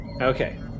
Okay